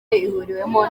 ihuriwemo